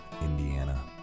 Indiana